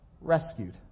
Rescued